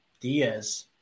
Diaz